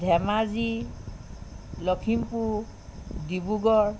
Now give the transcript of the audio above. Dhemaji Lakhimpur Dibrugarh